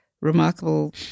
remarkable